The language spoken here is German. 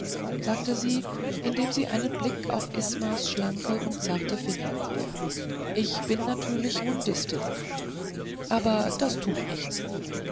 sagte sie indem sie einen blick auf ismas schlanke und zarte finger warf ich bin natürlich rundistin aber das tut nichts